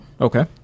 Okay